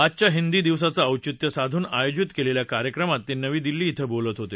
आजच्या हिंदी दिवसाचं औचित्य साधून आयोजित केलेल्या कार्यक्रमात ते नवी दिल्ली धिं बोलत होते